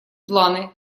планы